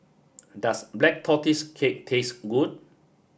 does Black Tortoise Cake taste good